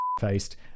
faced